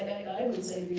i would say,